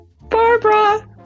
Barbara